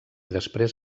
després